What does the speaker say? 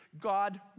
God